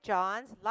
John's